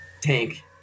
tank